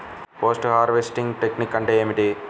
Post harvesting technique అంటే ఏమిటీ?